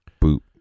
boot